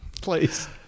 please